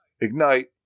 Ignite